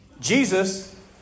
Jesus